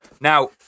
Now